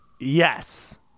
Yes